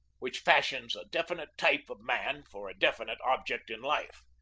which fashions a definite type of man for a definite object in life.